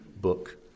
book